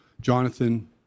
Jonathan